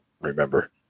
remember